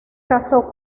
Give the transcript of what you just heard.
casó